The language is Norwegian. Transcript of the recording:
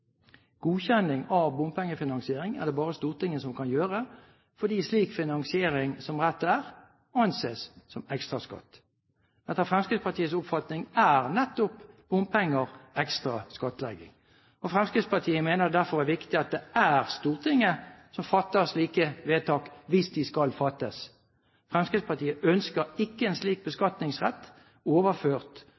Godkjenning av bompengefinansiering er det bare Stortinget som kan gjøre, fordi slik finansiering, som rett er, anses som ekstraskatt. Etter Fremskrittspartiets oppfatning er nettopp bompenger ekstra skattlegging. Fremskrittspartiet mener derfor det er viktig at det er Stortinget som fatter slike vedtak – hvis de skal fattes. Fremskrittspartiet ønsker ikke en slik beskatningsrett når det gjelder samferdselstiltak, overført